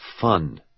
fun